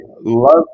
love